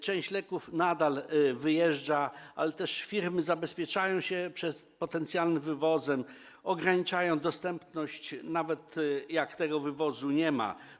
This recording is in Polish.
Część leków nadal jest wywożona, ale firmy też zabezpieczają się przed potencjalnym wywozem i ograniczają dostępność, nawet jak tego wywozu nie ma.